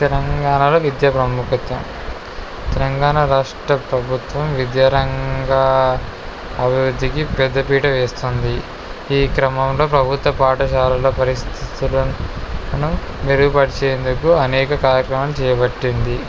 తెలంగాణలో విద్య ప్రముఖత్వం తెలంగాణ రాష్ట్ర ప్రభుత్వం విద్య రంగా అభివృద్ధికి పెద్దపీట వేస్తుంది ఈ క్రమంలో ప్రభుత్వ పాఠశాలల పరిస్థితులను మెరుగుపరిచేందుకు అనేక కార్యక్రమం చేయబట్టింది